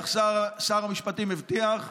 שר המשפטים הבטיח,